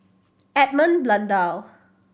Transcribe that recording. Edmund Blundell